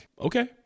Okay